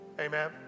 Amen